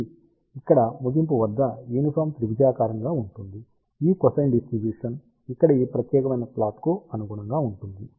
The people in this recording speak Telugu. కాబట్టి ఇక్కడ ముగింపు వద్ద యూనిఫాం త్రిభుజాకారంగా ఉంటుంది ఈ కొసైన్ డిస్ట్రిబ్యూషన్ ఇక్కడ ఈ ప్రత్యేకమైన ప్లాట్కు అనుగుణంగా ఉంటుంది